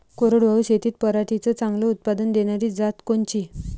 कोरडवाहू शेतीत पराटीचं चांगलं उत्पादन देनारी जात कोनची?